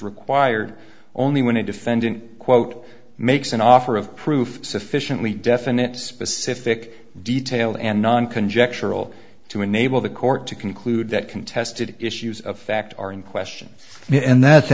required only when a defendant quote makes an offer of proof sufficiently definite specific detail and non conjectural to enable the court to conclude that contested issues of fact are in question and that